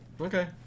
Okay